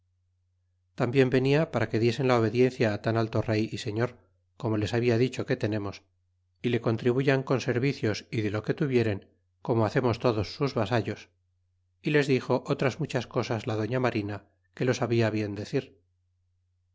tambien venia para que diesen la obediencia tan alto rey y señor como les habia dicho que tenemos y le contribuyan con servicios y de lo que tuvieren como hacemos todos sus vasallos y les dixo otras muchas cosas la doña marina que lo sabia bien decir